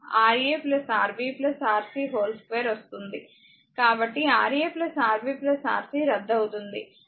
కాబట్టి Ra Rb Rc రద్దవుతుంది